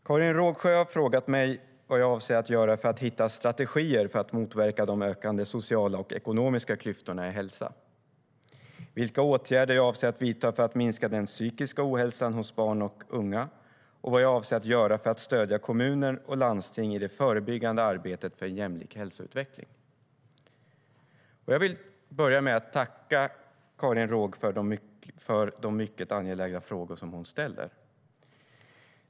Karin Rågsjö har frågat mig:vilka åtgärder jag avser att vidta för att minska den psykiska ohälsan hos barn och ungaJag vill börja med att tacka Karin Rågsjö för de mycket angelägna frågor som hon ställer.